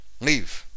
Leave